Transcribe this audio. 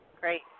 Great